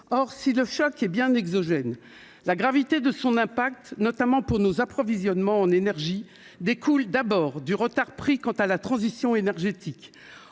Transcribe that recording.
Or si le choc est bien exogène, la gravité de ses répercussions, notamment pour nos approvisionnements en énergie, découle d'abord du retard pris dans la transition énergétique.